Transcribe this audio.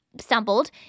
stumbled